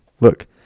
Look